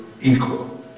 equal